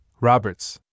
Roberts